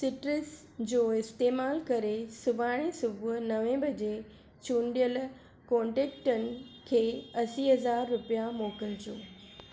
citrus जो इस्तेमालु करे सुभाणे सुबुह नवे बजे चूंडियल कोन्टेकटनि खे असी हज़ार रुपया मोकिलिजो